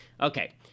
okay